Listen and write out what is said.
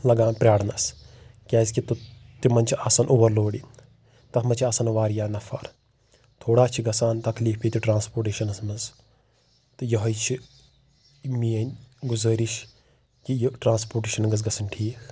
لگان پرٛاڑنس کیٛازِ کہ تِمن چھ آسان اُور لوڈِنگ تَتھ منٛز چھ آسان واریاہ نفر تھوڑا چھ گژھان تکلیٖف ییٚتہِ ٹرانسپوٹیشنس منٛز تہٕ یِہوٚے چھ میٛأنۍ گُزأرِش کہ یہِ ٹرانسپوٹیشن گٔژھ گژھٕنۍ ٹھیٖک